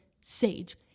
sage